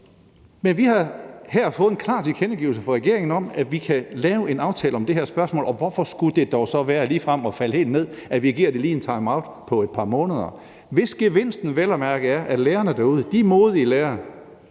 Men vi har her fået en klar tilkendegivelse fra regeringen om, at vi kan lave en aftale om det her spørgsmål. Og hvorfor skulle det dog så være ligefrem at falde helt ned, at vi lige giver det en timeout på et par måneder, hvis gevinsten vel at mærke er, at de modige lærere